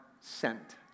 sent